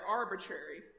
arbitrary